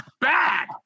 bad